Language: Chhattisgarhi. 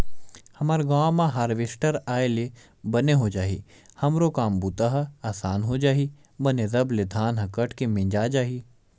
हमर गांव म हारवेस्टर आय ले बने हो जाही हमरो काम बूता ह असान हो जही बने रब ले धान ह कट के मिंजा जाही